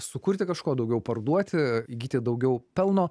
sukurti kažko daugiau parduoti įgyti daugiau pelno